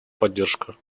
поддержка